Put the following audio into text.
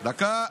דקה.